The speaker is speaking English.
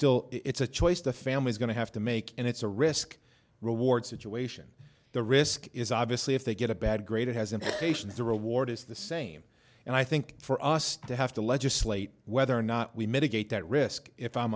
still it's a choice the family is going to have to make and it's a risk reward situation the risk is obviously if they get a bad grade it has implications the reward is the same and i think for us to have to legislate whether or not we mitigate that risk if i'm